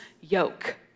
yoke